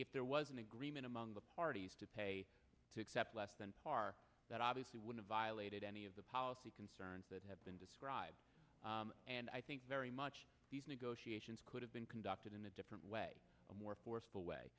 if there was an agreement among the parties to pay to accept less than our that obviously would have violated any of the policy concerns that have been described and i think very much these negotiations could have been conducted in a different way a more forceful way